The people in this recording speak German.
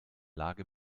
lage